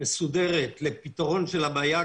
מסודרת לפתרון של הבעיה,